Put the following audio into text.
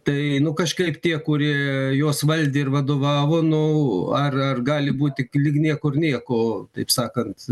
tai nu kažkaip tie kurie juos valdė ir vadovavo nu ar ar gali būti tik lyg niekur nieko taip sakant